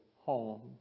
home